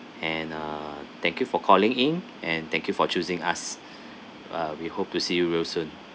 and uh thank you for calling in and thank you for choosing us uh we hope to see you real soon